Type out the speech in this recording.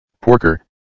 Porker